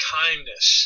kindness